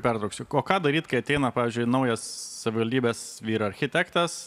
pertrauksiu o ką daryt kai ateina pavyzdžiui naujas savivaldybės vyr architektas